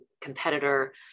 competitor